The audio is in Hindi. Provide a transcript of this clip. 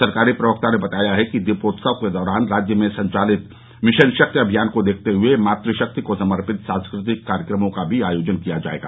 सरकारी प्रवक्ता ने बताया है कि दीपोत्सव के दौरान राज्य में संचालित मिशन शक्ति अभियान को देखते हुए मातृशक्ति को समर्पित सांस्कृतिक कार्यक्रमों का भी आयोजन किया जायेगा